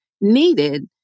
needed